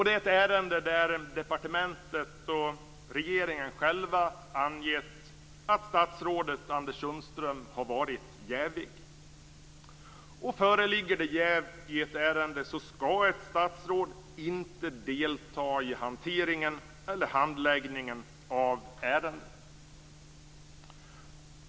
Det är ett ärende där departementet och regeringen själva anger att statsrådet Anders Sundström har varit jävig. Föreligger det jäv i ett ärende skall ett statsråd inte delta i hanteringen eller handläggningen av ärendet.